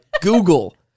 Google